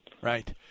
Right